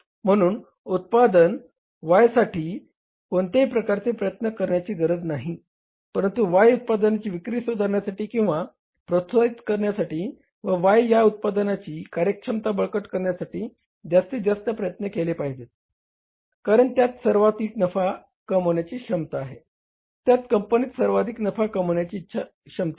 म्हणून उत्पादन Y साठी कोणत्याही प्रकारचे प्रयत्न करण्याची गरज नाही परंतु Y या उत्पादनाची विक्री सुधारण्यासाठी किंवा प्रोत्साहित करण्यासाठी व Y या उत्पादनची कार्यक्षमता बळकट करण्यासाठी जास्तीत जास्त प्रयत्न केले पाहिजेत कारण त्यात सर्वाधिक नफा कमावण्याची क्षमता आहे त्यात कंपनीत सर्वाधिक नफा कमावण्याची क्षमता आहे